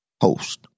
host